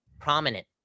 prominent